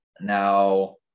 Now